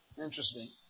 Interesting